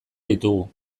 ditugu